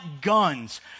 guns